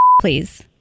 please